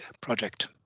project